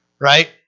right